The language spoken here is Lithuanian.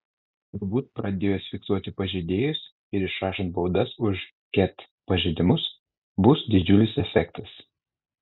turbūt pradėjus fiksuoti pažeidėjus ir išrašant baudas už ket pažeidimus bus didžiulis efektas